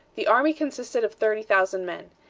the army consisted of thirty thousand men.